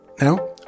Now